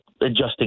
adjusting